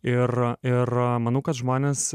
ir ir manau kad žmonės